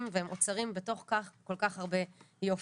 והם אוצרות ובתוכם כל כך הרבה יופי.